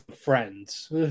friends